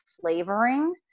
flavoring